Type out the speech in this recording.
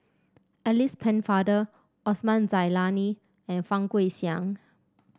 Alice Pennefather Osman Zailani and Fang Guixiang